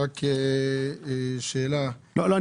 רק שאלה --- לא,